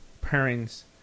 Parents